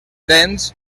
dents